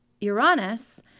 Uranus